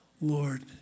Lord